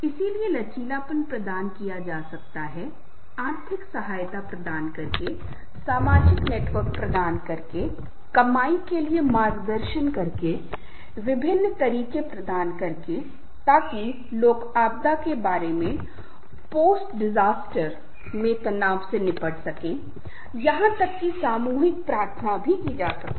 इसलिए लचीलापन प्रदान किया जा सकता है आर्थिक सहायता प्रदान करके सामाजिक नेटवर्क प्रदान करके कमाई के लिए मार्ग प्रदान करके विभिन्न तरीके प्रदान करके ताकि लोग आपदा के बादपोस्ट डिजास्टर Post Disaster में तनाव से निपट सकें यहां तक कि सामूहिक प्रार्थना भी कर सकें